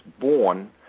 born